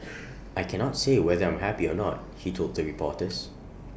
I cannot say whether I'm happy or not he told reporters